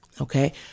okay